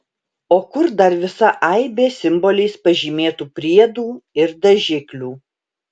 o kur dar visa aibė simboliais pažymėtų priedų ir dažiklių